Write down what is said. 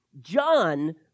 John